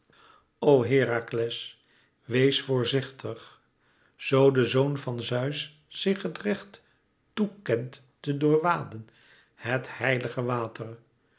o herakles wees voorzichtig zoo de zoon van zeus zich het recht toe kent te doorwaden het heilige water